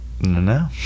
No